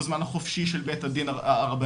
בזמן החופשי של בית הדין הרבני,